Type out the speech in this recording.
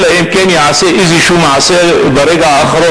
אלא אם כן ייעשה איזה מעשה ברגע האחרון,